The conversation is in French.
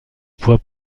poids